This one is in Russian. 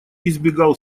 избегал